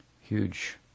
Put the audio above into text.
Huge